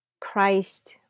Christ